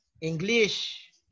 English